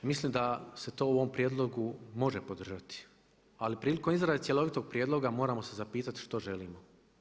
Mislim da se to u ovom prijedlogu može podržati, ali prilikom izrade cjelovitog prijedloga moramo se zapitati što želimo.